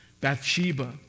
Bathsheba